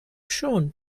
schon